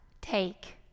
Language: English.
take